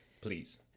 please